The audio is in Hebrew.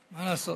מה לעשות.